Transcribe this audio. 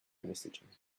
messaging